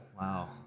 wow